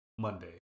Monday